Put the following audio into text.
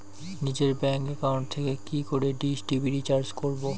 নিজের bank account থেকে কি করে ডিশ টি.ভি রিচার্জ করবো?